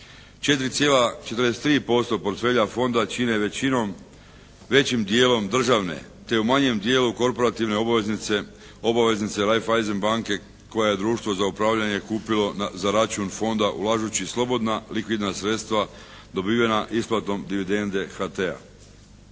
4,43% portfelja fonda čine većinom, većim dijelom državne te u manjem dijelu korporativne obaveznice Raiffaisen banke koja je društvo za upravljanje kupilo za račun fonda ulažući slobodna likvidna sredstva dobivena isplatom dividende HT-a.